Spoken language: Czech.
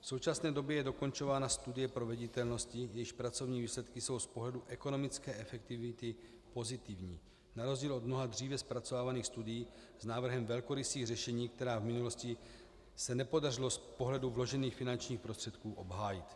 V současné době je dokončována studie proveditelnosti, jejíž pracovní výsledky jsou z pohledu ekonomické efektivity pozitivní na rozdíl od mnoha dříve zpracovávaných studií s návrhem velkorysých řešení, která v minulosti se nepodařilo z pohledu vložených finančních prostředků obhájit.